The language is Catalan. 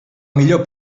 millor